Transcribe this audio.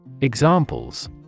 Examples